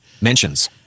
Mentions